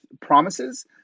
promises